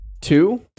Two